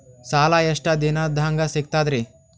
ಸಾಲಾ ಎಷ್ಟ ದಿಂನದಾಗ ಸಿಗ್ತದ್ರಿ?